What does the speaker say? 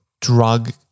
drug